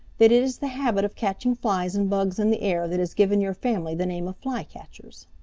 that it is the habit of catching flies and bugs in the air that has given your family the name of flycatchers.